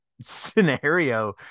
scenario